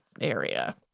area